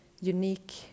unique